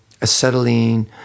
acetylene